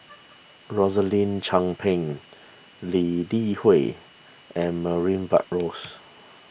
Rosaline Chan Pang Lee Li Hui and Murray Buttrose